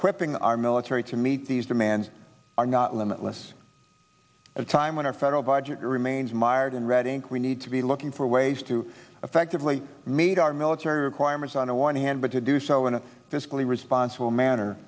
quipping our military to meet these demands are not limitless at a time when our federal budget remains mired in red ink we need to be looking for ways to effectively made our military requirements on the one hand but to do so in a fiscally responsible manner